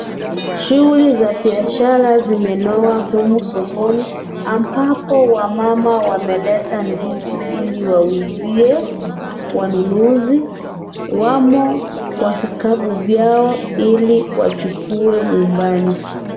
Shughuli za biashara zimenoga humu sokoni ambapo wamama wameleta ndizi ili wauzie wanunuzi. Wamo kwa vikapu vyoa ili wachukue nyumbani.